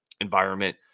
environment